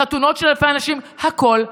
חתונות של אלפי אנשים, הכול פתוח.